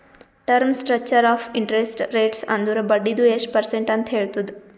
term structure of interest rates ಅಂದುರ್ ಬಡ್ಡಿದು ಎಸ್ಟ್ ಪರ್ಸೆಂಟ್ ಅಂತ್ ಹೇಳ್ತುದ್